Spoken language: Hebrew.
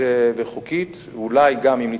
נמנע?